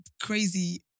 Crazy